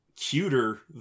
cuter